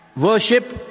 worship